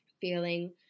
feeling